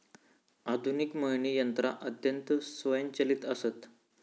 आधुनिक मळणी यंत्रा अत्यंत स्वयंचलित आसत